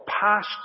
past